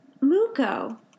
Muko